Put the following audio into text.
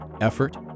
effort